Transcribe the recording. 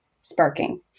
sparking